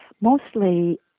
mostly